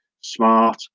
SMART